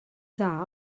dda